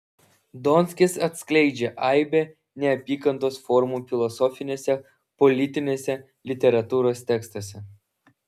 donskis atskleidžia aibę neapykantos formų filosofiniuose politiniuose literatūros tekstuose